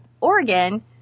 oregon